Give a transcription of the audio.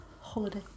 holiday